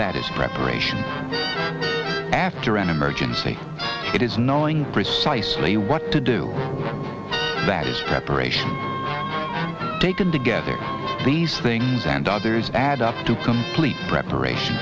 that is preparation after an emergency it is knowing precisely what to do that is preparation taken together these things and others add up to complete preparation